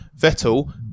Vettel